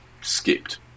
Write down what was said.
skipped